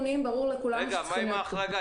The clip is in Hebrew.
- מה עם ההחרגה?